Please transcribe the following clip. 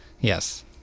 Yes